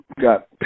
got